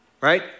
Right